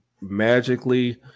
magically